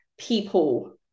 people